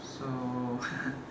so